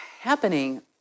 happening